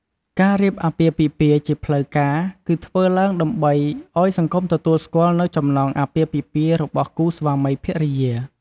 ការរៀបអាពាហ៍ពិពាហ៍ជាផ្លូវការ គឺធ្វើឡើងដើម្បីឲ្យសង្គមទទួលស្គាល់នូវចំណងអាពាហ៍ពិពាហ៍របស់គូស្វាមីភរិយា។